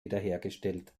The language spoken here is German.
wiederhergestellt